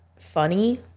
funny